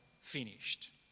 finished